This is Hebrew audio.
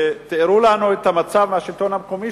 שתיארו לנו את המצב בשלטון המקומי,